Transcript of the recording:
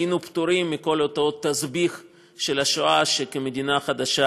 היינו פטורים מכל אותו תסביך של השואה שעברנו כמדינה חדשה,